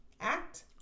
Act